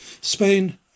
Spain